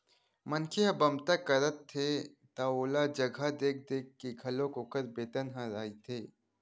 मनखे ह बमता करथे त ओला जघा देख देख के घलोक ओखर बेतन ह रहिथे